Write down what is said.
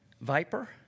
viper